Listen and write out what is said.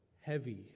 heavy